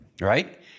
Right